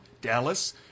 dallas